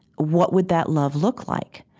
what would that love look like?